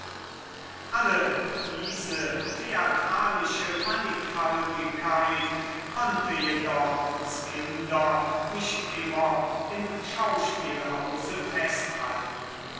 alle diese theatralische mannigfaltigkeit konnte jedoch uns kinder nicht immer im schauspielhause festhalten